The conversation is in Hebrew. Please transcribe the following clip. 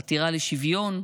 חתירה לשוויון.